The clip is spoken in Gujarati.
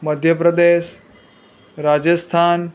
મધ્ય પ્રદેશ રાજસ્થાન